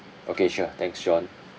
okay sure thanks john